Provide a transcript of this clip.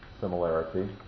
similarity